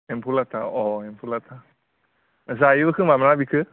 एम्फौ लाथा अ एम्फौ लाथा जायोबोखोमा ना बेखौ